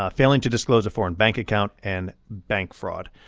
ah failing to disclose a foreign bank account and bank fraud.